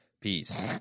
Peace